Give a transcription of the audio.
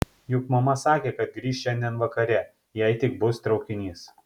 juk mama sakė kad grįš šiandien vakare jei tik bus traukinys